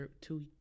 two